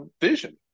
vision